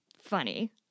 funny